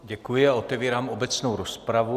Děkuji a otevírám obecnou rozpravu.